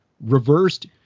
reversed